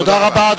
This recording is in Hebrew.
תודה רבה.